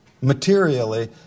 materially